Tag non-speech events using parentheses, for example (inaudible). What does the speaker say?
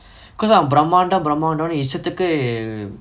(breath) because அவ பிரமாண்டோ பிரமாண்டோன்னு இஷ்டத்துக்கு:ava biramando biramaandonu ishtathukku